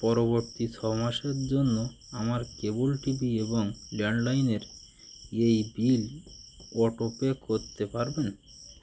পরবর্তী ছ মাসের জন্য আমার কেবল টিভি এবং ল্যান্ডলাইনের এই বিল অটোপে করতে পারবেন